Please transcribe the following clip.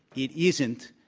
it isn't,